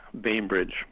bainbridge